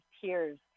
tears